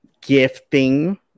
gifting